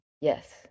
Yes